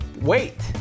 wait